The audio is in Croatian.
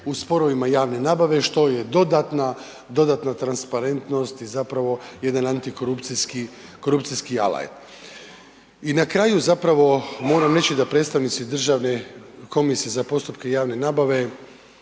u sporovima javne nabave što je dodatna transparentnost i zapravo jedan antikorupcijski .../Govornik se ne razumije./.... I na kraju zapravo moram reći da predstavnici Državne komisije za postupke javne nabave